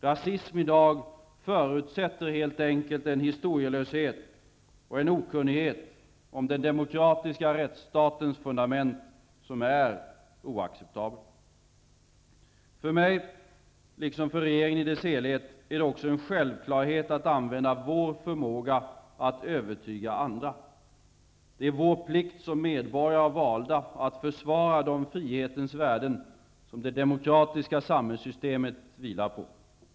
Rasism i dag förutsätter helt enkelt en historielöshet och en okunnighet om den demokratiska rättsstatens fundament som är oacceptabel. För mig, liksom för regeringen i dess helhet, är det också självklart att använda vår förmåga att övertyga andra. Det är vår plikt som medborgare och valda att försvara de frihetens värden som det demokratiska samhällssystemet vilar på.